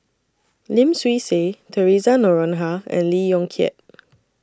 Lim Swee Say Theresa Noronha and Lee Yong Kiat